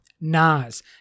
Nas